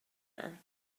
her